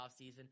offseason